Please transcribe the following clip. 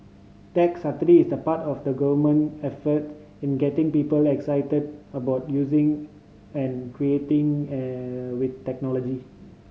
tech is part of the Government effort in getting people excited about using and creating I with technology